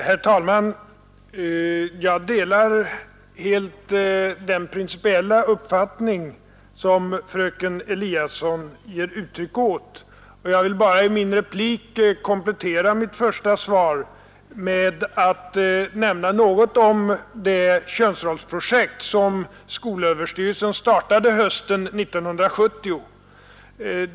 Herr talman! Jag delar helt den principiella uppfattning som fröken Eliasson ger uttryck åt, och jag vill bara i min replik komplettera mitt första svar med att nämna något om det könsrollsprojekt som skolöverstyrelsen startade hösten 1970.